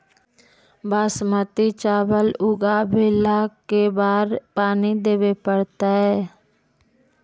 बासमती चावल उगावेला के बार पानी देवे पड़तै?